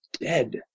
dead